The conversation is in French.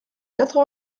quatre